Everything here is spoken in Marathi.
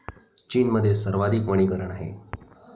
चीनमध्ये सर्वाधिक वनीकरण आहे